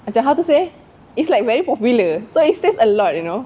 macam how to say it's like very popular so it says a lot you know